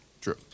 True